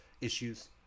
Issues